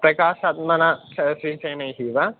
प्रकाशात्माना श्रीचरणैः वा